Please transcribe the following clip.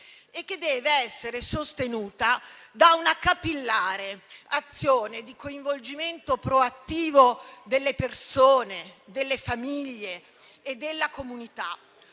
e che deve essere sostenuta da una capillare azione di coinvolgimento proattivo delle persone, delle famiglie e della comunità,